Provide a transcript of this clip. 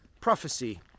prophecy